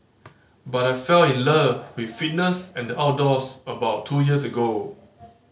but I fell in love with fitness and the outdoors about two years ago